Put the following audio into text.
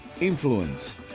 influence